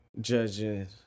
Judging